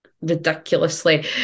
ridiculously